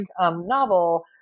novel